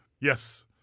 Yes